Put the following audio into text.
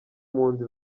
mpunzi